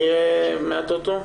מי מהטוטו?